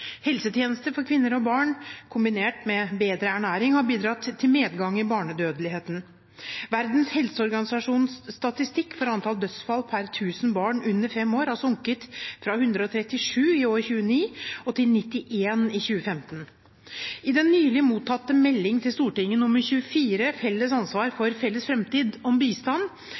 Helsetjenester for kvinner og barn, kombinert med bedre ernæring, har bidratt til nedgang i barnedødeligheten. Verdens helseorganisasjons statistikk for antall dødsfall pr. 1 000 barn under fem år har sunket fra 137 i år 2000 til 91 i 2015. I den nylig mottatte meldingen til Stortinget, Meld. St. 24 for 2016–2017, Felles ansvar for felles framtid, om bistand,